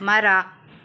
ಮರ